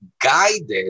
guided